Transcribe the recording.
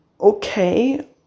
okay